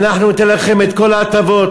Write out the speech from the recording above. אנחנו ניתן לכם את כל ההטבות,